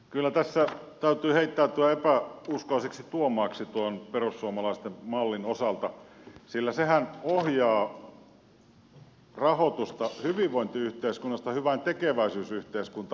kyllä tässä täytyy heittäytyä epäuskoiseksi tuomaaksi tuon perussuomalaisten mallin osalta sillä sehän ohjaa rahoitusta hyvinvointiyhteiskunnasta hyväntekeväisyysyhteiskuntaan